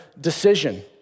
decision